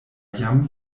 jam